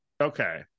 Okay